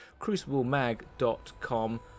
CrucibleMag.com